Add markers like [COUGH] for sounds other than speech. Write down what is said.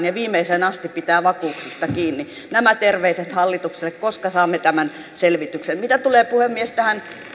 [UNINTELLIGIBLE] ja viimeiseen asti pitää vakuuksista kiinni nämä terveiset hallitukselle koska saamme tämän selvityksen mitä tulee puhemies tähän